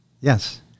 Yes